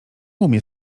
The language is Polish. umie